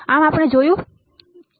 આ આપણે જોયું છે